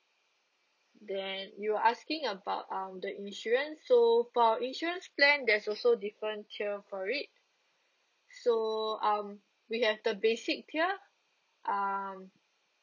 then you were asking about um the insurance so for insurance plan there's also different tier for it so um we have the basic tier um